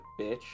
bitch